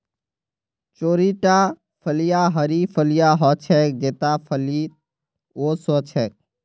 चौड़ीटा फलियाँ हरी फलियां ह छेक जेता फलीत वो स छेक